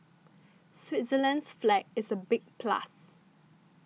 Switzerland's flag is a big plus